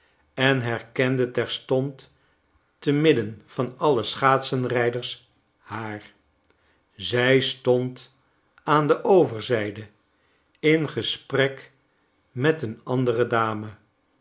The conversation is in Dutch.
en herkende terstond te midden van alle schaatsenrijders haar zij stond aan de overzijde in gesprek met een andere dame